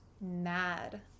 mad